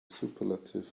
superlative